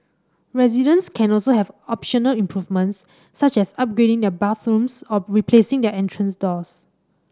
residents can also have optional improvements such as upgrading their bathrooms or replacing their entrance doors